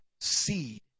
seed